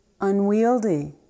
unwieldy